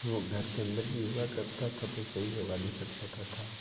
وہ گھر کے اندر بھی یوگا کرتا تھا تو صحیح یوگا نہیں کر پاتا تھا